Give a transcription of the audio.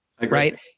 right